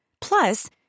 plus